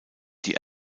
die